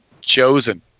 Chosen